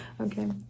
Okay